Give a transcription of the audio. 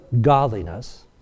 godliness